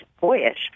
boyish